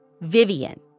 Vivian